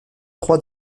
trois